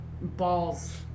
balls